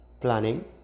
planning